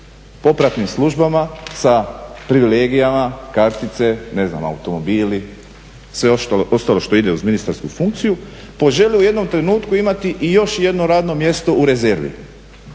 popratnim službama, sa privilegijama, kartice, ne znam automobili, sve ostalo što ide uz ministarsku funkciju poželio u jednom trenutku imati i još jedno radno mjesto u rezervi.